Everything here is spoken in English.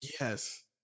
Yes